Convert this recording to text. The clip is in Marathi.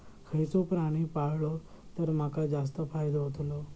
खयचो प्राणी पाळलो तर माका जास्त फायदो होतोलो?